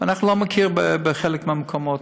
אנחנו לא מכירים בחלק מהמקומות,